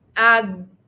add